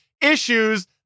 issues